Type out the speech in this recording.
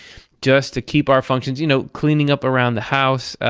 just to keep our functions, you know, cleaning up around the house,